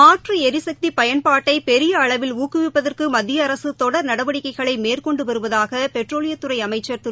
மாற்று எரிசக்தி பயன்பாட்டை பெரிய அளவில் ஊக்குவிப்பதற்கு மத்திய அரசு தொடர் நடவடிக்கைகளை மேற்கொண்டு வருவதாக பெட்ரோலியத்துறை அமைச்ச் திரு